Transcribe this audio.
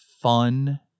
fun